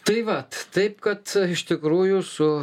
tai vat taip kad iš tikrųjų su